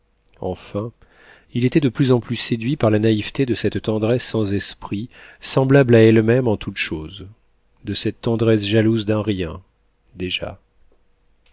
enfin il était de plus en plus séduit par la naïveté de cette tendresse sans esprit semblable à elle-même en toute chose de cette tendresse jalouse d'un rien déjà